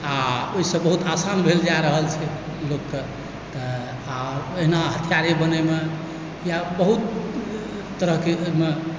आओर ओहिसँ बहुत आसान भेल जा रहल छैक लोक कए तऽ आओर अहिना हथियारे बनैमे या बहुत तरहके ओहिमे